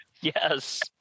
Yes